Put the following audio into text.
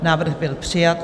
Návrh byl přijat.